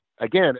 Again